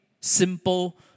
simple